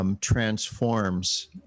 transforms